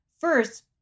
First